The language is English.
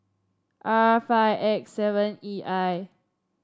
R five X seven E I